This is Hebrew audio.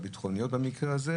הביטחוניות המקרה הזה,